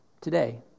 today